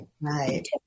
right